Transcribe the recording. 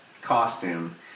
costume